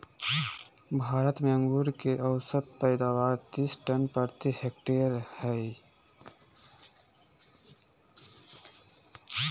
भारत में अंगूर के औसत पैदावार तीस टन प्रति हेक्टेयर हइ